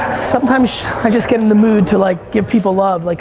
sometimes i just get in the mood to, like, give people love. like